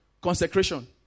consecration